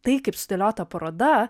tai kaip sudėliota paroda